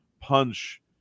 punch